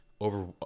Over